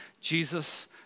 Jesus